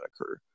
occur